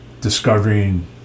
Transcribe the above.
discovering